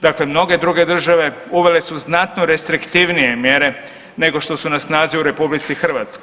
Dakle, mnoge druge države uvele su znatno restriktivnije mjere nego što su na snazi u RH.